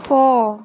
போ